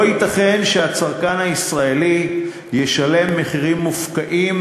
לא ייתכן שהצרכן הישראלי ישלם מחירים מופקעים,